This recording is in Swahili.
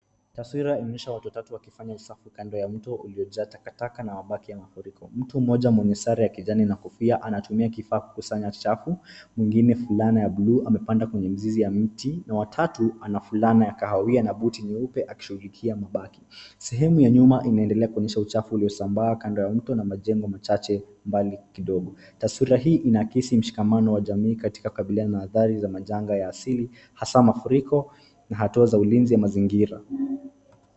Taswira inaonyesha watu watatu wakifanya usafi kando ya mto uliojaa takataka na mabaki ya mafuriko. Mtu mmoja mwenye sare ya kijani na kofia anatumia kifaa kukusanya uchafu mwingine fulana ya buluu amepanda kwenye mzizi ya mti na watatu ana fulana ya kahawia na buti nyeupe akishughulikia mabaki. Sehemu ya nyuma inaendelea kuonyesha uchafu unaoendelea kusambaa kando ya mto na majengo machache mbali kidogo. Taswira hii inaakisi mshikamano wa jamii katika kukabiliana na adhari ya majanga ya asili hasa mafuriko na hatua za ulinzi ya mazingira.